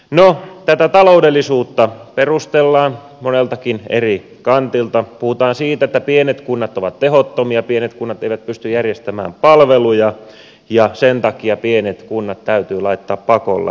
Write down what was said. no tätä taloudellisuutta perustellaan moneltakin eri kantilta puhutaan siitä että pienet kunnat ovat tehottomia pienet kunnat eivät pysty järjestämään palveluja ja sen takia pienet kunnat täytyy laittaa pakolla nippuun